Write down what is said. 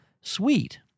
sweet